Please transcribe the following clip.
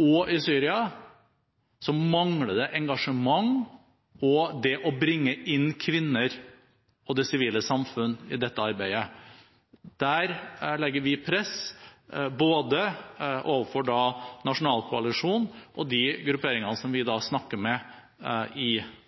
og i Syria mangler det engasjement og det å bringe inn kvinner og det sivile samfunn i dette arbeidet. Der legger vi press både overfor nasjonalkoalisjonen og de grupperinger som vi snakker med i